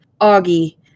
Augie